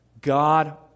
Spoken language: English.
God